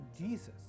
Jesus